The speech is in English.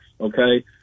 okay